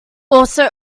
also